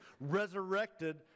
resurrected